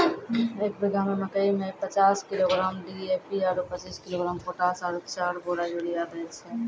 एक बीघा मे मकई मे पचास किलोग्राम डी.ए.पी आरु पचीस किलोग्राम पोटास आरु चार बोरा यूरिया दैय छैय?